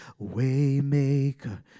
Waymaker